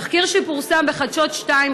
בתחקיר שפורסם בחדשות 2,